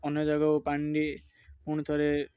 ଅନ୍ୟ ଜାଗାକୁ ପାଣିଟି ପୁଣି ଥରେ